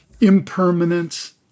impermanence